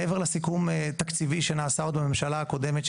מעבר לסיכום תקציבי שנעשה עוד בממשלה הקודמת,